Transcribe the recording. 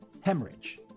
hemorrhage